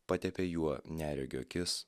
patepė juo neregio akis